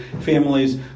families